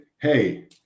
hey